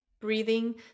breathing